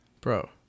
bro